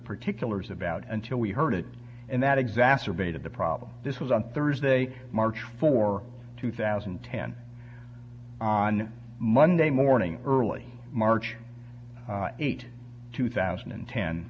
particulars about until we heard it and that exacerbated the problem this was on thursday march for two thousand and ten on monday morning early march eighth two thousand and ten